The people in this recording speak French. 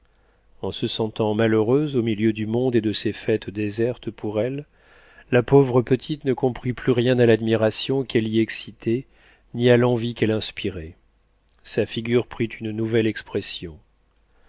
en se sentant malheureuse au milieu du monde et de ses fêtes désertes pour elle la pauvre petite ne comprit plus rien à l'admiration qu'elle y excitait ni à l'envie qu'elle inspirait sa figure prit une nouvelle expression